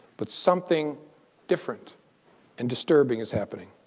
but something different and disturbing is happening.